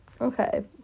Okay